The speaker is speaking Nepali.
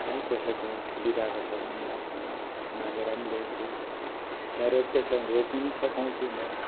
कहीँ कसैकोमा फुलिरहेको छ भने म मागेर पनि ल्याउँछु त्यहाँ रोप्दैछ भने रोप्नु पनि सघाउँछु म